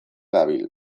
dabil